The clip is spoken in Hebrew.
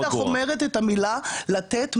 אני לא שמעתי אותך אומרת את המילה לתת מידע.